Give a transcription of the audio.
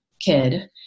kid